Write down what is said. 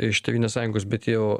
iš tėvynės sąjungos bet jau